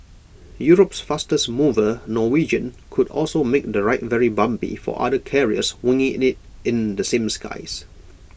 Europe's fastest mover Norwegian could also make the ride very bumpy for other carriers winging IT in the same skies